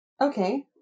Okay